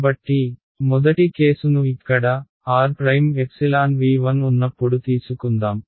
కాబట్టి మొదటి కేసును ఇక్కడ r'V1 ఉన్నప్పుడు తీసుకుందాం